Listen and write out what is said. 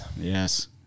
Yes